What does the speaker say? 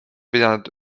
pidanud